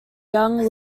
young